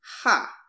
ha